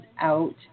out